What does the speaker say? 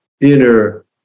inner